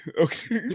Okay